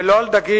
לא על דגים,